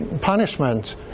punishment